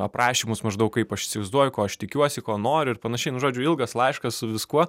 aprašymus maždaug kaip aš įsivaizduoju ko aš tikiuosi ko noriu ir panašiai nu žodžiu ilgas laiškas su viskuo